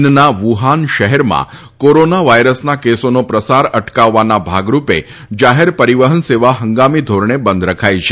ચીનના વુહાન શહેરમાં કોરોના વાયરસના કેસોનો પ્રસાર અટકાવવાના ભાગરૂપે જાહેર પરીવહન સેવા હંગામી ધીરણે બંધ રખાઇ છે